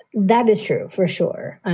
that is true for sure.